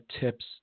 tips